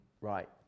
right